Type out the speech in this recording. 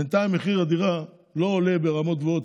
בינתיים מחיר הדירה לא עולה ברמות גבוהות,